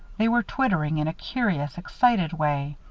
they were twittering in a curious, excited way.